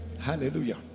Hallelujah